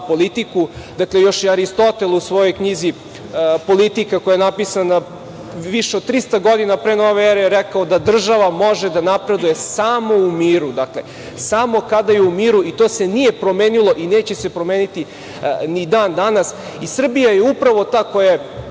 politiku. Dakle, još je Aristotel u svojoj knjizi „Politika“, koja je napisana više od 300 godina pre nove ere, rekao da država može da napreduje samo u miru, samo kada je u miru i to se nije promenilo i neće se promeniti ni dan danas i Srbija je upravo ta koja je